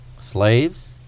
Slaves